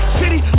city